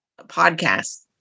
podcast